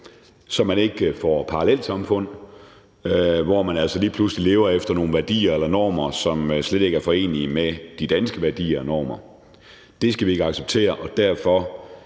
så man ikke får parallelsamfund, hvor man altså lige pludselig lever efter nogle værdier eller normer, som slet ikke er forenelige med de danske værdier og normer. Det skal vi ikke acceptere, og derfor